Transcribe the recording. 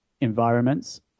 environments